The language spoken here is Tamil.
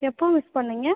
எப்போ மிஸ் பண்ணிங்க